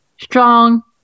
strong